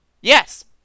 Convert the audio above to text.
Yes